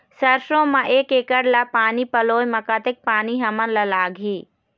सरसों म एक एकड़ ला पानी पलोए म कतक पानी हमन ला लगही?